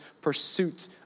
pursuit